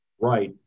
Right